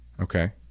Okay